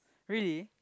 really